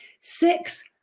six